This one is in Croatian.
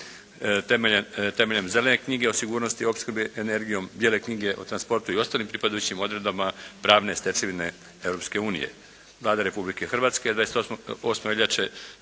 temeljem "zelene knjige" o sigurnosti i opskrbi energijom, "bijele knjige" o transportu i ostalim pripadajućim odredbama pravne stečevine Europske unije. Vlada Republike Hrvatske 28. veljače